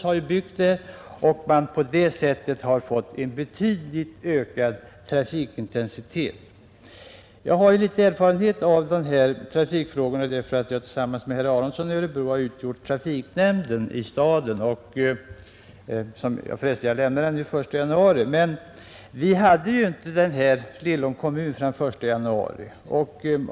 Trafikintensiteten har därför ökat betydligt. Jag har en del erfarenhet av trafikfrågor. Tillsammans har herr Aronsson i Örebro och jag utgjort trafiknämnden i staden. Jag lämnade den den 1 januari. Men vi hade inte Lillåns kommun förrän den 1 januari.